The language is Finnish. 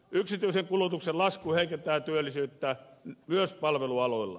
yksityisen kulutuksen lasku heikentää työllisyyttä myös palvelualoilla